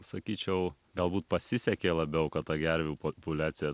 sakyčiau galbūt pasisekė labiau kad ta gervių populiacija